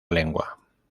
lengua